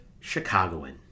Chicagoan